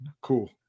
Cool